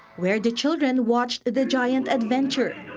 where the children watched the giant adventures.